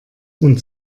und